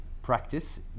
Practice